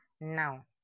now